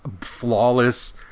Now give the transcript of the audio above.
flawless